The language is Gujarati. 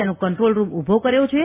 તેનો કંટ્રોલરૂમ ઉભો કર્યો છે